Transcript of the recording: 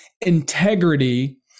integrity